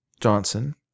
Johnson